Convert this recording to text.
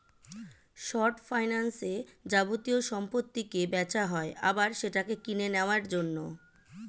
short ফাইন্যান্সে যাবতীয় সম্পত্তিকে বেচা হয় আবার সেটাকে কিনে নেওয়ার জন্য